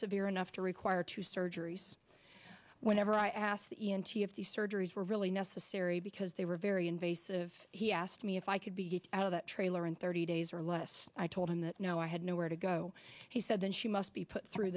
severe enough to require two surgeries whenever i asked the e m t if the surgeries were really necessary because they were very invasive he asked me if i could be out of that trailer in thirty days or less i told him that no i had nowhere to go he said then she must be put through